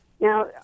Now